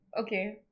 okay